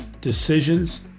decisions